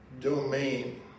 domain